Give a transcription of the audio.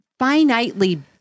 finitely